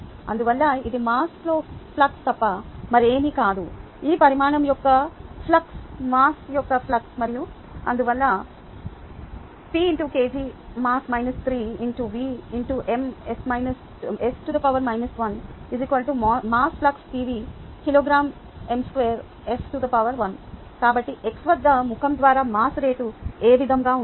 అందువల్ల ఇది mass flux తప్ప మరేమీ కాదు ఆ పరిమాణం యొక్క ఫ్లక్స్ మాస్ యొక్క ఫ్లక్స్ మరియు అందువల్ల ρ x మాస్ ఫ్లక్స్ ρ కాబట్టి x వద్ద ముఖం ద్వారా మాస్ రేటు ఏ విధంగా ఉంటుంది